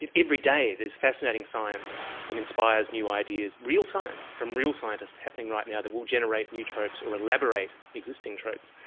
every day there's fascinating science that inspires new ideas, real science from real scientists happening right now that will generate new tropes or elaborate existing tropes,